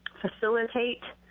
facilitate